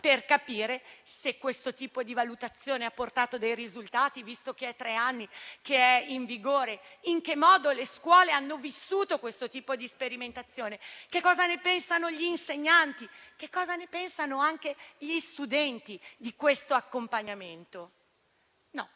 per capire se questo tipo di valutazione ha portato risultati, visto che è in vigore da tre anni, in che modo le scuole hanno vissuto questo tipo di sperimentazione e cosa pensano gli insegnanti e anche gli studenti di questo accompagnamento. No: